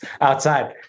outside